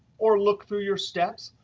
or look through your steps.